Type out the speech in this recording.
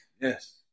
Yes